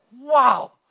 Wow